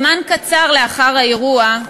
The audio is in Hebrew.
זמן קצר לאחר האירוע,